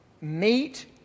meet